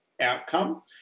outcome